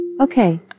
Okay